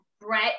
Brett